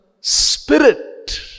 spirit